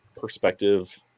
perspective